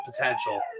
potential